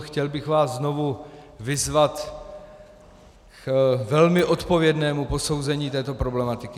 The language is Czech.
Chtěl bych vás znovu vyzvat k velmi odpovědnému posouzení této problematiky.